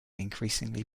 increasingly